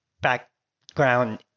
background